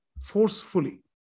forcefully